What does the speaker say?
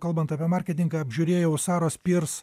kalbant apie marketingą apžiūrėjau saros pirs